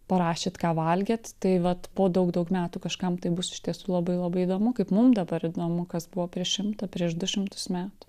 parašėt ką valgėt tai vat po daug daug metų kažkam tai bus iš tiesų labai labai įdomu kaip mum dabar įdomu kas buvo prieš šimtą prieš du šimtus metų